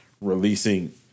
releasing